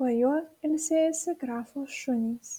po juo ilsėjosi grafo šunys